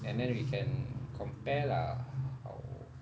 and then we can compare lah how